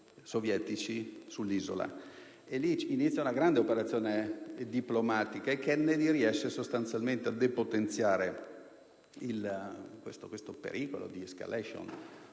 sovietici sull'isola. Prende avvio così una grande operazione diplomatica e Kennedy riesce sostanzialmente a depotenziare questo pericolo di *escalation*,